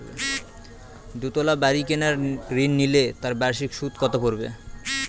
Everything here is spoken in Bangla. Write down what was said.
দুতলা বাড়ী কেনার ঋণ নিলে তার বার্ষিক সুদ কত পড়বে?